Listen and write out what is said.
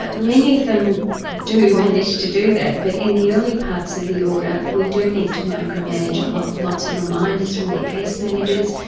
but many of them do manage to do that, but in the early parts of the order, we do need to micro-manage lots lots of reminders from their case managers,